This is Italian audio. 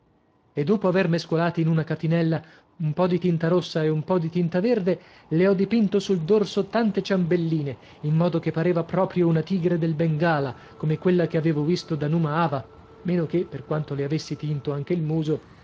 e dopo aver mescolate in una catinella un po di tinta rossa e un po di tinta verde le ho dipinto sul dorso tante ciambelline in modo che pareva proprio una tigre del bengala come quella che avevo visto da numa hava meno che per quanto le avessi tinto anche il muso